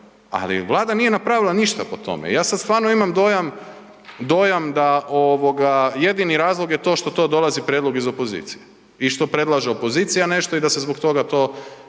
ali Vlada nije napravila ništa po tome. Ja sad stvarno imam dojam, dojam da ovoga jedini razlog je to što to dolazi prijedlog iz opozicije i što predlaže opozicija nešto i da se zbog toga to